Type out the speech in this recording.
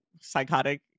psychotic